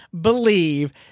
believe